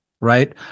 right